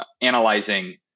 analyzing